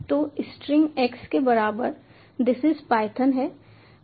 तो string x के बराबर दिस इज पाइथन है